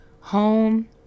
home